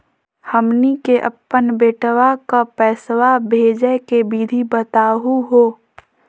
हमनी के अपन बेटवा क पैसवा भेजै के विधि बताहु हो?